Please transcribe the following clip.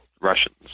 Russians